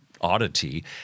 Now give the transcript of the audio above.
oddity